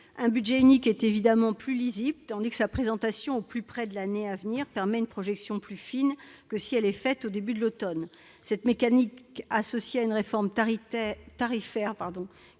Un budget unique est évidemment plus lisible, et sa présentation au plus près de l'année à venir permet une projection plus fine que si elle intervient au début de l'automne. Le mécanisme actuel, associé à une réforme tarifaire